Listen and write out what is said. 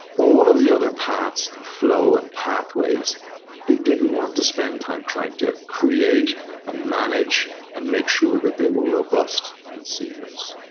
all of the other paths and flow and pathways they didn't want to spend time trying to create and manage and make sure they were robust and seamless.